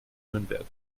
nürnberg